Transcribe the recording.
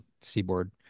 seaboard